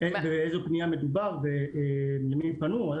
מדברים על